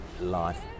life